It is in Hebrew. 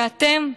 ואתם,